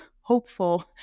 hopeful